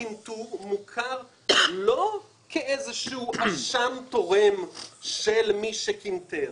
הקנטור מוכר לא כאשם תורם של מי שקנטר,